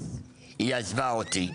היא עזבה אותי.